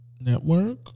Network